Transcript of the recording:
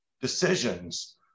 decisions